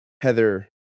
Heather